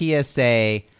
PSA